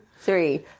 three